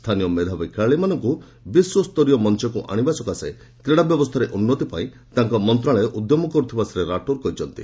ସ୍ଥାନୀୟ ମେଧାବୀ ଖେଳାଳି ମାନଙ୍କୁ ବିଶ୍ୱସରୀୟ ମଞ୍ଚକୁ ଆଣିବା ପାଇଁ କ୍ରୀଡାବ୍ୟବସ୍ଥାରେ ଉନ୍ନତି ପାଇଁ ତାଙ୍କ ମନ୍ତ୍ରଣାଳୟ ଉଦ୍ୟମ କରୁଥିବା ଶ୍ରୀ ରାଠୋର କହିଛନ୍ତି